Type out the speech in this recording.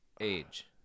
Age